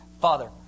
Father